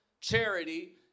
charity